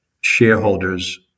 shareholders